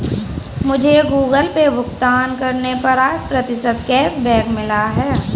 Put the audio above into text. मुझे Google Pay भुगतान करने पर आठ प्रतिशत कैशबैक मिला है